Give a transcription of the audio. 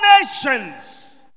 nations